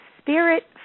spirit